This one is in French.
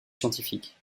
scientifique